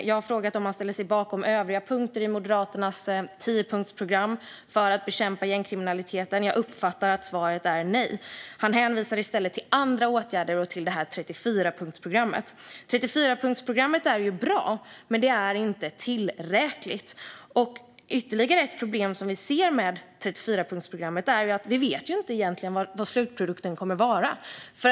Jag har frågat om han ställer sig bakom övriga punkter i Moderaternas tiopunktsprogram för att bekämpa gängkriminaliteten. Jag uppfattar att svaret är nej. Han hänvisar i stället till andra åtgärder och till 34-punktsprogrammet. 34-punktsprogrammet är bra, men det är inte tillräckligt. Ytterligare ett problem vi ser med programmet är att vi egentligen inte vet vad slutprodukten kommer att vara.